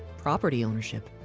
property ownership,